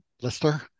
blister